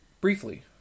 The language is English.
Briefly